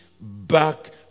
back